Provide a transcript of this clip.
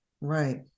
right